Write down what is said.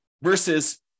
versus